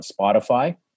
Spotify